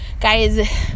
guys